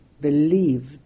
believed